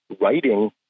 writing